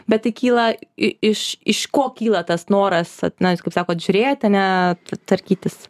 bet tai kyla iš iš ko kyla tas noras na jūs kaip sakot žiūrėti net tvarkytis